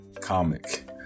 comic